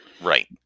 Right